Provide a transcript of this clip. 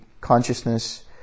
consciousness